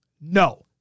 No